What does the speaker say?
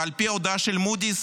ועל פי ההודעה של מודי'ס,